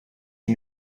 you